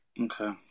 Okay